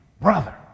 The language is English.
brother